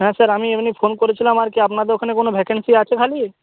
হ্যাঁ স্যার আমি এমনি ফোন করেছিলাম আর কি আপনাদের ওখানে কোনো ভ্যাকেন্সি আছে খালি